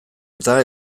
eta